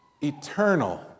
eternal